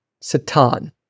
Satan